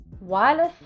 Wireless